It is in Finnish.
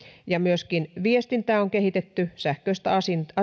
ja myöskin viestintää on kehitetty sähköistä